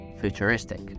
futuristic